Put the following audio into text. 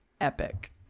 epic